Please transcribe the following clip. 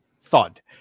thud